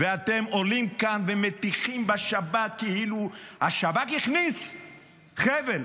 ואתם עולים כאן ומטיחים בשב"כ כאילו השב"כ הכניס חבל.